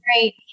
great